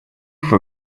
for